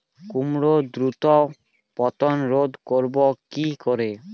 কুমড়োর দ্রুত পতন রোধ করব কি করে?